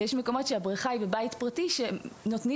ויש מקומות שהבריכה היא בבית פרטי שהם נותנים